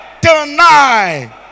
tonight